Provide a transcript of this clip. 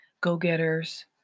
go-getters